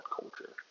culture